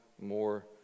more